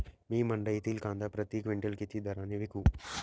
मी मंडईतील कांदा प्रति क्विंटल किती दराने विकू?